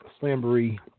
Slambery